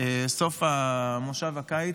סוף מושב הקיץ,